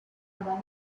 aber